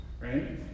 right